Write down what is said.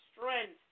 strength